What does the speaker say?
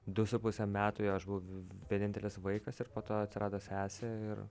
du su puse metų aš buvau vienintelis vaikas ir po to atsirado sesė ir